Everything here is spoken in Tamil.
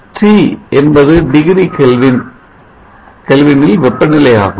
T என்பது டிகிரி கெல்வின் இல் வெப்பநிலை ஆகும்